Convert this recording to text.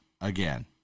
again